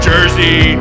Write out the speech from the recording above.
Jersey